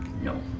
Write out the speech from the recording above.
no